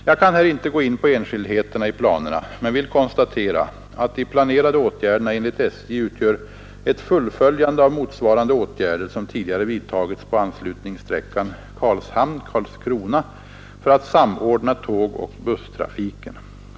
Jag kan här inte gå in på enskildheterna i planerna men vill konstatera, att de planerade åtgärderna enligt SJ utgör ett fullföljande av motsvarande åtgärder, som tidigare vidtagits på anslutningssträckan Karlshamn—Karlskrona för att samordna tågoch busstrafiken.